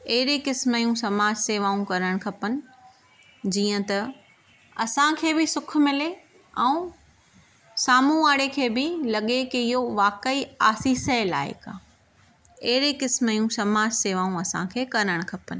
अहिड़े क़िस्म जूंं समाज सेवाऊं करणु खपनि जीअं त असांखे बि सुखु मिले ऐं साम्हूं वारे खे बि लॻे की इहो वाक़ई आसीस जे लाइक़ु आहे अहिड़े क़िस्म जूं समाज सेवाऊं असांखे करणु खपनि